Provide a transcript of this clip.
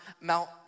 mount